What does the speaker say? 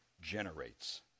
generates